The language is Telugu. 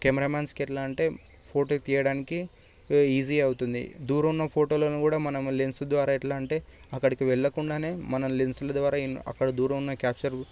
కెమెరామ్యాన్స్కి ఎట్లా అంటే ఫోటో తీయడానికి ఈజీ అవుతుంది దూరం ఉన్న ఫోటోలను కూడా మనం లెన్స్ ద్వారా ఎట్లా అంటే అక్కడికి వెళ్ళకుండానే మన లెన్స్ల ద్వారా అక్కడ దూరంగా ఉన్న క్యాప్చర్